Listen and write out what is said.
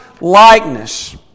likeness